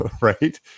Right